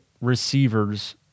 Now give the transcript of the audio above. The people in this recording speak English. receivers